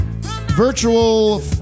virtual